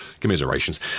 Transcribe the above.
commiserations